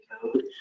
code